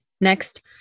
Next